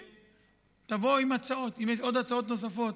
שתבואו עם הצעות, אם יש הצעות נוספות.